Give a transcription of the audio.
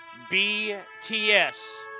BTS